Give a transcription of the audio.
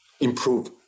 improve